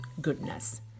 goodness